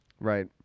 Right